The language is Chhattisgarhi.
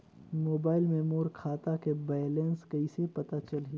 मोबाइल मे मोर खाता के बैलेंस कइसे पता चलही?